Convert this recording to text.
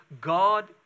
God